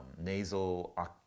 nasal